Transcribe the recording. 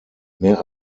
mehr